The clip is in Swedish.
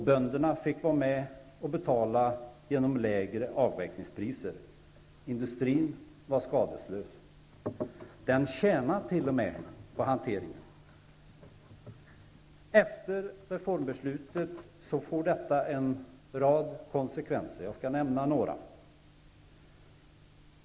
Bönderna fick också vara med att betala genom lägre avräkningspriser. Industrin hölls skadeslös. Man tjänade t.o.m. på hanteringen. Reformbeslutet fick en rad konsekvenser. Jag skall nämna några.